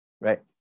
right